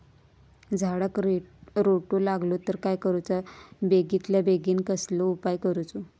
झाडाक रोटो लागलो तर काय करुचा बेगितल्या बेगीन कसलो उपाय करूचो?